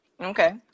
Okay